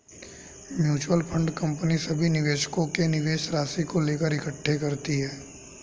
mutual fund company सभी निवेशकों के निवेश राशि को लेकर इकट्ठे करती है